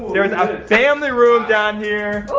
there's a family room down here.